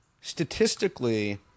Statistically